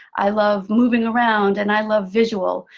i love moving around, and i love visual,